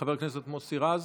חבר הכנסת מוסי רז.